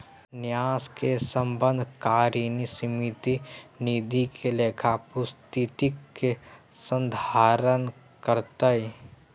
न्यास के प्रबंधकारिणी समिति निधि के लेखा पुस्तिक के संधारण करतय